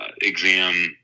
exam